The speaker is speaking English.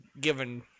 given